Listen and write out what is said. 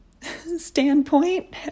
standpoint